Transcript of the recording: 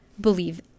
believe